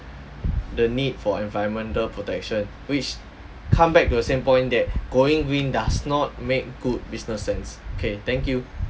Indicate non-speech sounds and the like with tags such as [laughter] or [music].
the need for environmental protection which come back to the same point that [breath] going green does not make good business sense okay thank you